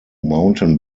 mountain